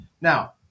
Now